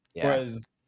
Whereas